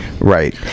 right